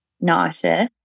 nauseous